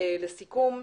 לסיכום,